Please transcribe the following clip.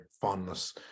fondness